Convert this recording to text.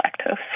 lactose